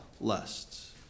lusts